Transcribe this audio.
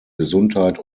gesundheit